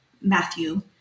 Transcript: Matthew